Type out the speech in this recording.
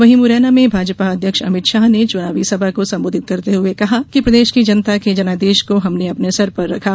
वहीं मुरैना में भाजपा अध्यक्ष अमित शाह ने चुनावी सभा को संबोधित करते हुये कहा कि प्रदेश की जनता के जनादेश को हमने अपने सर पर रखा